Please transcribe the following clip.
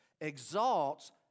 exalts